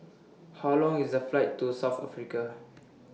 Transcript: How Long IS The Flight to South Africa